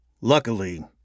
Luckily